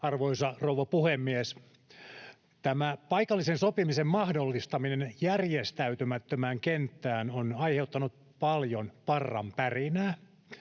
Arvoisa rouva puhemies! Tämä paikallisen sopimisen mahdollistaminen järjestäytymättömään kenttään on aiheuttanut paljon parran pärinää.